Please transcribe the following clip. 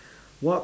what